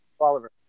Oliver